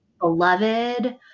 Beloved